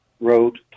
Road